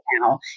now